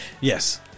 Yes